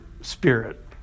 Spirit